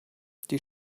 die